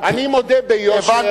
אני מודה ביושר,